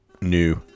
new